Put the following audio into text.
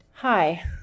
Hi